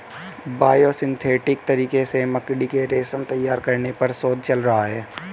biosynthetic तरीके से मकड़ी के रेशम तैयार करने पर शोध चल रहा है